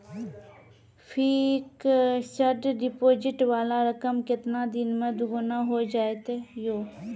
Fixed deposit वाला रकम केतना दिन मे दुगूना हो जाएत यो?